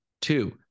Two